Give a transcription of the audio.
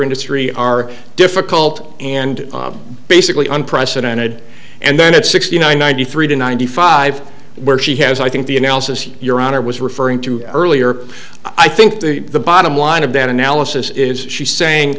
industry are difficult and basically unprecedented and then at sixty nine ninety three to ninety five where she has i think the analysis your honor was referring to earlier i think the bottom line of dan analysis is she saying